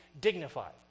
dignified